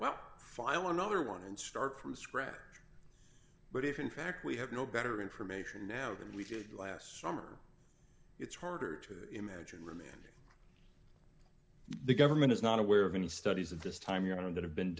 well file another one and start from scratch but if in fact we have no better information now than we did last summer it's harder to imagine remanding the government is not aware of any studies at this time your honor that have been